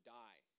die